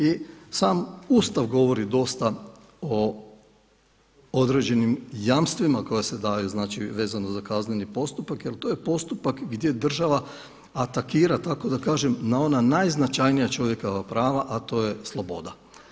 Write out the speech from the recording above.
I sam Ustav govori dosta o određenim jamstvima koja se daju vezano za kazneni postupak jel to je postupak gdje država atakira tako da kažem, na ona najznačajnija čovjekova prava, a to je sloboda.